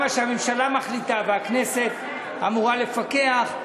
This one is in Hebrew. גם כשהממשלה מחליטה והכנסת אמורה לפקח,